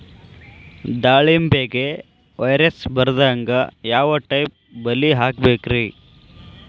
ದಾಳಿಂಬೆಗೆ ವೈರಸ್ ಬರದಂಗ ಯಾವ್ ಟೈಪ್ ಬಲಿ ಹಾಕಬೇಕ್ರಿ?